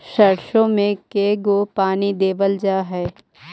सरसों में के गो पानी देबल जा है?